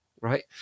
right